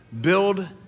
build